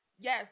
Yes